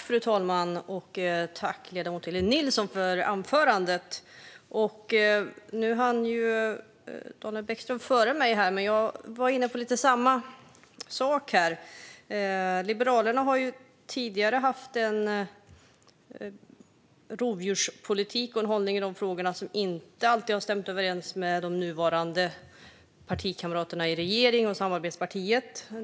Fru talman! Tack, Elin Nilsson, för anförandet! Nu hann Daniel Bäckström före mig, men jag är inne på lite samma sak. Liberalerna har ju tidigare haft en rovdjurspolitik som inte alltid har stämt överens med de nuvarande regeringskamraterna och samarbetspartiet.